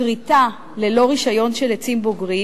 כריתה ללא רשיון של עצים בוגרים